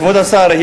כבוד השר,